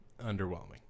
Underwhelming